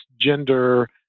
gender